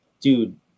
dude